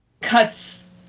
cuts